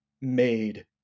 made